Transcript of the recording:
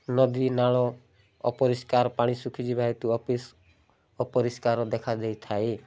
ନଦୀ ନାଳ ଅପରିଷ୍କାର ପାଣି ଶୁଖିଯିବା ହେତୁ ଅପରିଷ୍କାର ଦେଖା ଦେଇଥାଏ